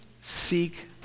seek